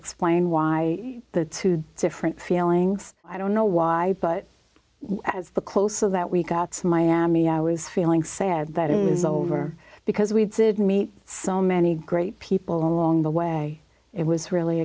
explain why the two different feelings i don't know why but as the closer that we got so miami i was feeling sad that is over because we did meet so many great people along the way it was really